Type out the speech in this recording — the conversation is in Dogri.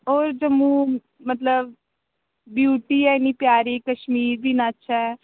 होर जम्मू मतलब ब्यूटी ऐ इ'न्नी प्यारी कश्मीर बी इन्ना अच्छा ऐ